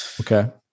Okay